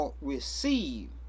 receive